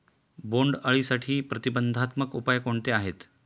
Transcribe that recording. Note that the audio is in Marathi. बोंडअळीसाठी प्रतिबंधात्मक उपाय कोणते आहेत?